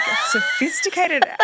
sophisticated